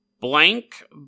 blank